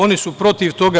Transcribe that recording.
Oni su protiv toga.